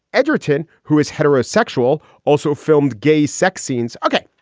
edgerton, who is heterosexual. also filmed gay sex scenes. ok.